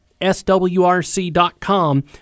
SWRC.com